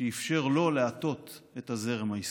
שאפשר לו להטות את הזרם ההיסטורי?